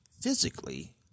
physically